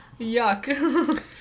yuck